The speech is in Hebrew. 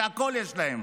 הכול יש להם.